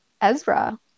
Ezra